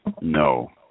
No